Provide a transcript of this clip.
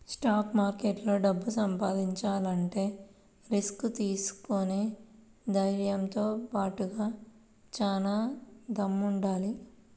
stock మార్కెట్లో డబ్బు సంపాదించాలంటే రిస్క్ తీసుకునే ధైర్నంతో బాటుగా చానా దమ్ముండాలి